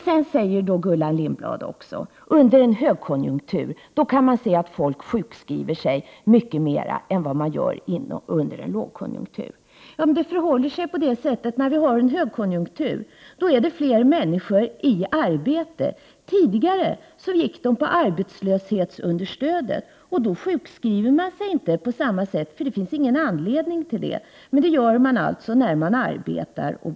Sedan säger Gullan Lindblad: Under en högkonjunktur kan man se att folk sjukskriver sig mycket mer än vad man gör när det är lågkonjunktur. Det förhåller sig faktiskt på det sättet, att när vi har högkonjunktur är det fler människor i arbete. Tidigare gick många av dem på arbetslöshetsunderstöd, och då har man ingen anledning att sjukskriva sig på samma sätt som om man blir sjuk när man har arbete.